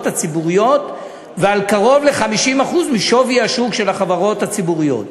הציבוריות ועל קרוב ל-50% משווי השוק של החברות הציבוריות.